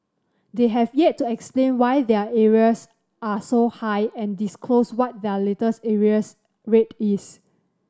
they have yet to explain why their arrears are so high and disclose what their latest arrears rate is